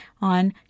on